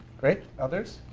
great, others?